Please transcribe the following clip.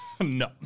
No